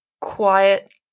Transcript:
quiet